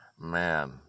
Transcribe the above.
man